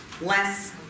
less